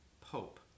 Pope